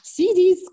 cds